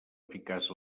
eficaç